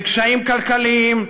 בקשיים כלכליים,